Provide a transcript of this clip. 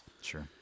sure